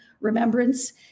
Remembrance